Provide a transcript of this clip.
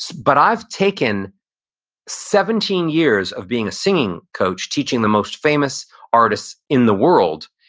but i've taken seventeen years of being a singing coach, teaching the most famous artists in the world,